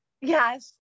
Yes